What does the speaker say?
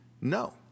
No